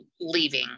leaving